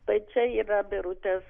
tai čia yra birutės